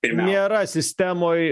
nėra sistemoj